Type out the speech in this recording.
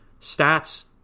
Stats